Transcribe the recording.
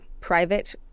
private